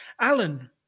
Alan